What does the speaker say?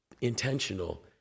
intentional